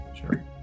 Sure